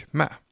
med